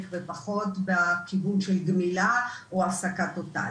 ופחות בכיוון של גמילה או הפסקה טוטאלית.